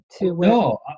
no